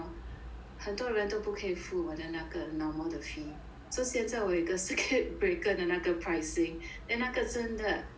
很多人都不可以付我的那个 normal 的 fee so 现在我有一个 circuit breaker 的 pricing then 那个真的